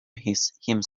himself